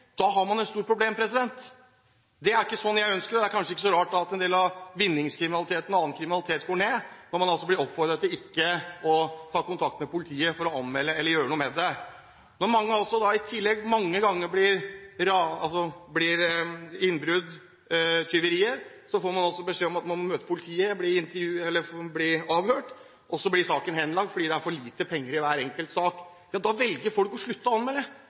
da har man et stort problem. Det er ikke sånn jeg ønsker at det skal være, og det er kanskje ikke så rart at en del av vinningskriminaliteten og annen kriminalitet går ned, når man blir oppfordret til ikke å ta kontakt med politiet for å anmelde eller gjøre noe med det. Når mange som blir utsatt for innbrudd, tyverier, i tillegg får beskjed om at man må møte politiet, bli avhørt, og så opplever at saken blir henlagt fordi det er for lite penger i hver enkelt sak – ja da velger folk å slutte å anmelde, for det